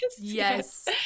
Yes